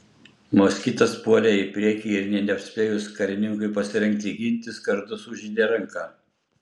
moskitas puolė į priekį ir nė nespėjus karininkui pasirengti gintis kardu sužeidė ranką